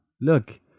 Look